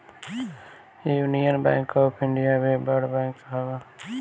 union Bank of India भी बड़ bank हअ